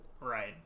Right